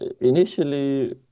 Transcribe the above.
initially